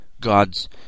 God's